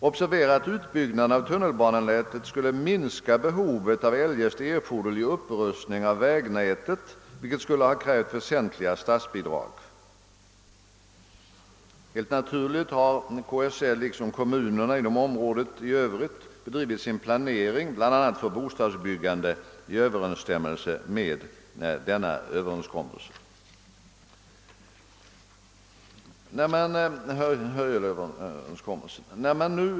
Observera att utbyggnaden av tunnelbanenätet minskar behovet av en eljest erforderlig upprustning av vägnätet, vilken skulle ha krävt väsentliga statsbi; drag. Helt naturligt har KSL liksom kommunerna inom området bedrivit sin planering, bl.a. för bostadsbyggande, i överensstämmelse med denna överenskommelse.